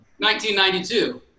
1992